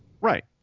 Right